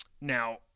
now